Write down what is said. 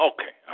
Okay